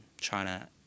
China